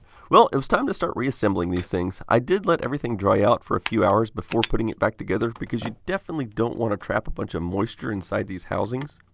well, it was time to start re-assembling these things. i did let everything dry out for a few hours before putting it back together, because you definitely don't want to trap a bunch of moisture inside these housings.